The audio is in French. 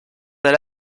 dans